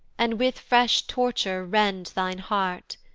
and with fresh torture rend thine heart.